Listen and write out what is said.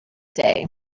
day